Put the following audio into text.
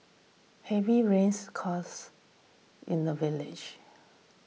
heavy rains caused in the village